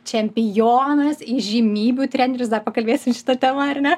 čempionas įžymybių treneris dar pakalbėsim šita tema ar ne